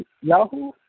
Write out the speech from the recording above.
Yahoo